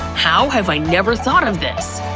how have i never thought of this!